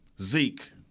Zeke